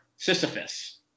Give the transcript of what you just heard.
Sisyphus